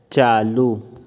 چالو